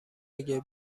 اگه